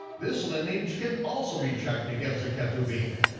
this lineage can also be checked against the ketuvim.